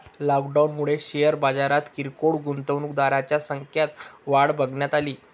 लॉकडाऊनमुळे शेअर बाजारात किरकोळ गुंतवणूकदारांच्या संख्यात वाढ बघण्यात अली